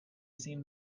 seen